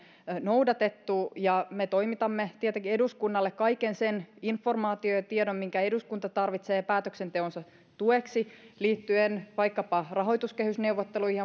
noudatettu ja me toimitamme tietenkin eduskunnalle kaiken sen informaation ja tiedon minkä eduskunta tarvitsee päätöksentekonsa tueksi liittyen vaikkapa rahoituskehysneuvotteluihin